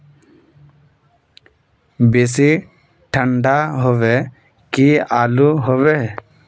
बेसी ठंडा होबे की आलू होबे